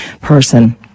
person